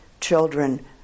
children